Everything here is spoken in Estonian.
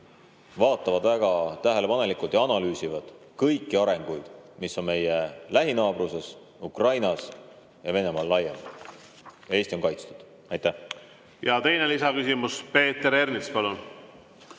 vastutavad, väga tähelepanelikult vaatavad ja analüüsivad kõiki arenguid, mis on meie lähinaabruses, Ukrainas ja Venemaal laiemalt. Eesti on kaitstud. Teine lisaküsimus. Peeter Ernits, palun!